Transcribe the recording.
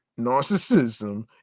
narcissism